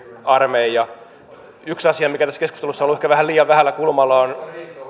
armeija yksi asia mikä tässä keskustelussa ehkä vähän liian vähällä kulmalla on